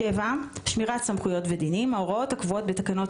שמירת סמכויות ודינים ההוראות הקבועות בתקנות